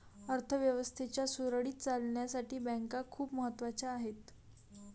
अर्थ व्यवस्थेच्या सुरळीत चालण्यासाठी बँका खूप महत्वाच्या आहेत